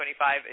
25